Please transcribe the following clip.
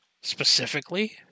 specifically